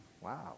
Wow